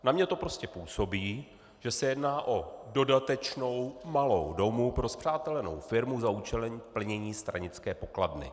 Na mě to prostě působí, že se jedná o dodatečnou malou domů pro spřátelenou firmu za účelem plnění stranické pokladny.